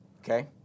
Okay